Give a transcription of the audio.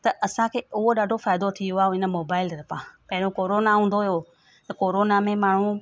त असांखे उहो ॾाढो फ़ाइदो थियो आहे हिन मोबाइल जे तर्फ़ां पहिरियों कोरोना हूंदो हुयो त कोरोना में माण्हू